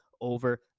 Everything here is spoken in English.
over